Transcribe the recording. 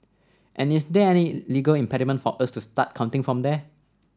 and is there any legal impediment for us to start counting from there